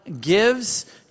gives